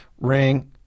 Ring